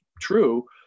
true